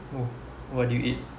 oh what do you eat